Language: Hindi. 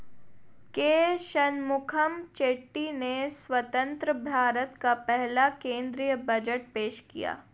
के शनमुखम चेट्टी ने स्वतंत्र भारत का पहला केंद्रीय बजट पेश किया